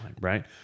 right